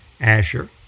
Asher